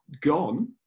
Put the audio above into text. gone